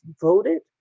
voted